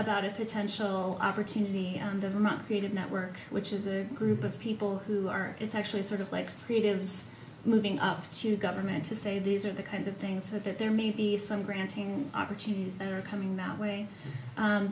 about it potential opportunity and the vermont created network which is a group of people who are it's actually sort of like creatives moving up to government to say these are the kinds of things that that there may be some granting opportunities that are coming that way